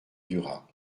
dura